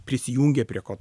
prisijungė prie ko